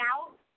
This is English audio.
out